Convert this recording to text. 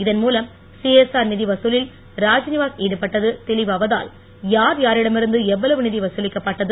இதன் மூலம் சிஎஸ்ஆர் நிதி வதுலில் ராத்நிவாஸ் சடுபட்டது தெளிவாவதால் யார் யாரிடமிருந்து எவ்வளவு நிதி வதலிக்கப்பட்டது